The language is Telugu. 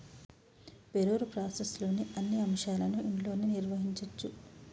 పేరోల్ ప్రాసెస్లోని అన్ని అంశాలను ఇంట్లోనే నిర్వహించచ్చు